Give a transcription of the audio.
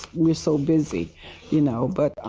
we are so busy you know, but